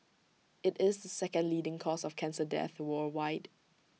IT is the second leading cause of cancer death worldwide